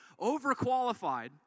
Overqualified